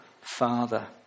Father